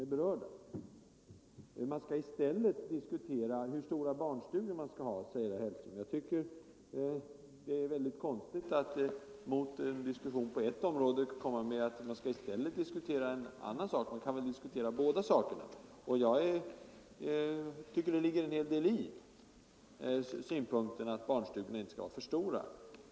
Herr Hellström säger att man i stället skall diskutera hur stora barnstugorna skall vara. Jag tycker att det är mycket konstigt när man i en diskussion på ett område säger att något annat skall diskuteras. Man kan väl tala om båda frågorna. Jag tycker att det ligger en hel del i synpunkten att barnstugorna inte skall vara för stora.